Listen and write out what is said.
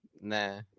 nah